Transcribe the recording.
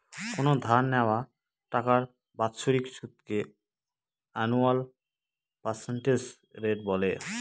কোনো ধার নেওয়া টাকার বাৎসরিক সুদকে আনুয়াল পার্সেন্টেজ রেট বলে